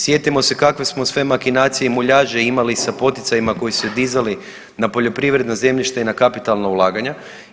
Sjetimo se kakve smo sve makinacije i muljaže imali sa poticajima koji su dizali na poljoprivredno zemljište i na kapitalna ulaganja.